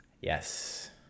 yes